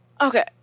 okay